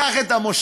קח את המושכות.